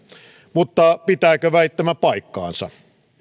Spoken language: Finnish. mutta pitääkö väittämä paikkansa